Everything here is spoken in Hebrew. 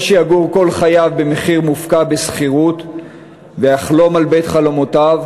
או שיגור כל חייו בשכירות במחיר מופקע ויחלום על בית חלומותיו,